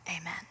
Amen